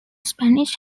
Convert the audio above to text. spanish